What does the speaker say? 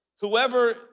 whoever